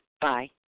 Bye